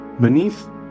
beneath